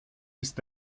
ist